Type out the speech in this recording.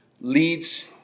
leads